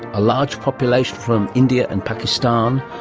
a large population from india and pakistan,